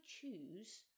choose